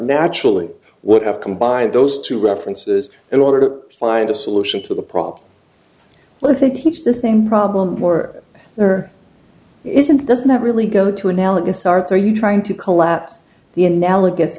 naturally would have combined those two references in order to find a solution to the problem but they teach the same problem more there isn't doesn't that really go to analogous arts are you trying to collapse the analogous